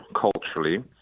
culturally